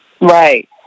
Right